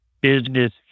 business